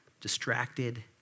distracted